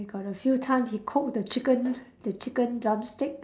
we got a few time we cook the chicken the chicken drumstick